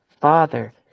father